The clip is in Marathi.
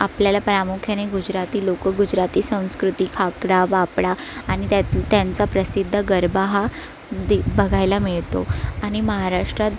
आपल्याला प्रामुख्याने गुजराती लोक गुजराती संस्कृती खाकरा फाफडा आणि त्या त्यांचा प्रसिद्ध गरबा हा दे बघायला मिळतो आणि महाराष्ट्रात